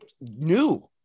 new